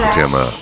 tema